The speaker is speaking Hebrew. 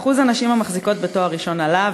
אחוז הנשים המחזיקות בתואר ראשון עלה,